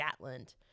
Gatland